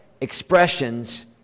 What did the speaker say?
expressions